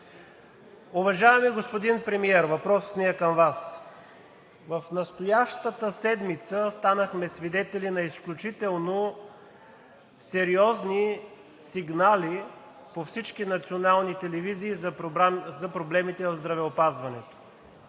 Уважаеми господин Премиер, въпросът ми е към Вас. В настоящата седмица станахме свидетели на изключително сериозни сигнали по всички национални телевизии за проблемите в здравеопазването.